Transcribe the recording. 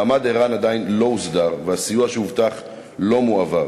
מעמד ער"ן עדיין לא הוסדר והסיוע שהובטח לא מועבר.